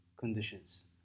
conditions